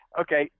okay